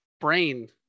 brain